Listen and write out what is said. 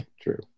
True